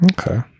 Okay